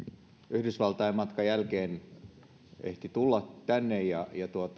yhdysvaltain matkan jälkeen ehti tulla tänne ja